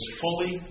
fully